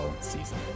season